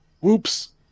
Whoops